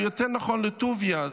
או יותר נכון לטוביה,